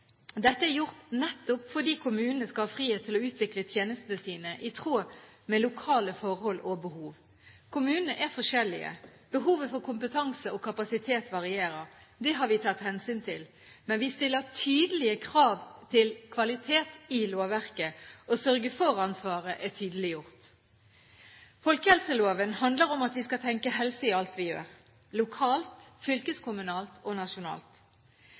Dette er gjort nettopp fordi kommune skal ha frihet til å utvikle tjenestene sine i tråd med lokale forhold og behov. Kommunene er forskjellige, behovet for kompetanse og kapasitet varierer. Det har vi tatt hensyn til. Men vi stiller tydelige krav til kvalitet i lovverket, og sørge-for-ansvaret er tydeliggjort. Folkehelseloven handler om at vi skal tenke helse i alt vi gjør, lokalt, fylkeskommunalt og nasjonalt.